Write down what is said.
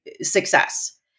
success